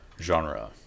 genre